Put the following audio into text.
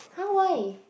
!huh! why